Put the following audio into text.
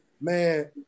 man